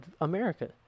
America